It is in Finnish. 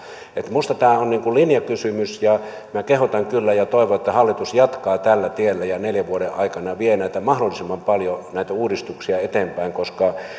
minusta tämä on linjakysymys ja minä kehotan kyllä ja toivon että hallitus jatkaa tällä tiellä ja neljän vuoden aikana vie mahdollisimman paljon näitä uudistuksia eteenpäin koska